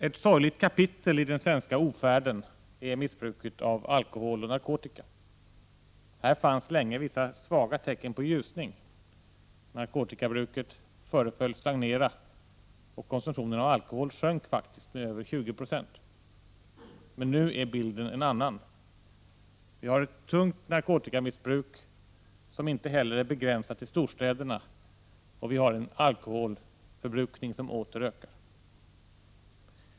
Ett sorgligt kapitel i den svenska ofärden är missbruket av alkohol och narkotika. Här fanns länge vissa svaga tecken på en ljusning. Narkotikabruket föreföll stagnera, och konsumtionen av alkohol sjönk faktiskt med över 20 26. Men nu är bilden en annan. Vi har ett tungt narkotikamissbruk, som inte heller är begränsat till storstäderna, och en alkoholförbrukning som åter ökar.